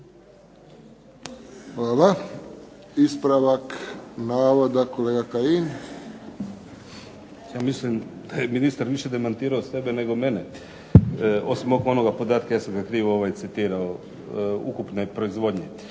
Hvala. Ispravak navoda kolega Kajin. **Kajin, Damir (IDS)** Ja mislim da je ministar više demantirao sebe nego mene, osim ovog podatka ja sam ga krivo citirao, ukupne proizvodnje.